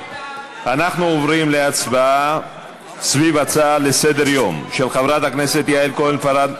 אנחנו עוברים להצבעה על ההצעה לסדר-יום של חברת הכנסת יעל כהן-פארן,